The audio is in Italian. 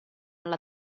alla